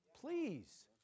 Please